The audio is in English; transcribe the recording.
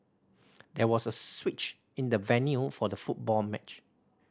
there was a switch in the venue for the football match